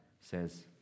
says